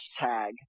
hashtag